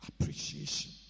Appreciation